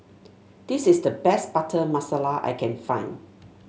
this is the best Butter Masala I can find